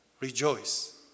rejoice